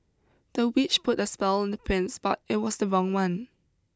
the witch put a spell on the prince but it was the wrong one